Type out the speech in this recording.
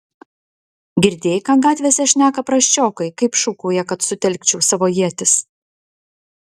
girdėjai ką gatvėse šneka prasčiokai kaip šūkauja kad sutelkčiau savo ietis